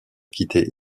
quitté